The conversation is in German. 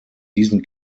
diesen